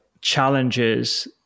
challenges